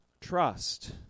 Trust